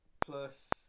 Plus